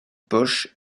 poche